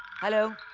hello.